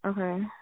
Okay